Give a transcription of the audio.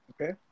Okay